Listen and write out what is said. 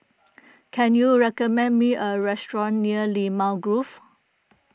can you recommend me a restaurant near Limau Grove